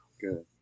Good